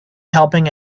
helping